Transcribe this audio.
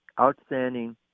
outstanding